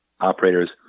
operators